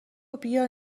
بیا